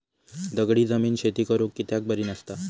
दगडी जमीन शेती करुक कित्याक बरी नसता?